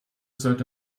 sollte